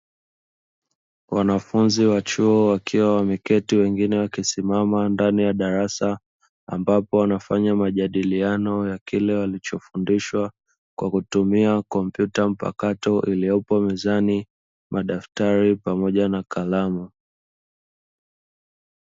Wanafunzi wa chuo wakiwa wameketi wengine wakisimama ndani ya darasa, ambapo wanafanya majadiliano ya kile walichofundisjhwa kwa kutumia kompyuta mpakato iliyopo mezani madafatari pamoja na kalamu.